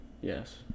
Yes